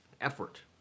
effort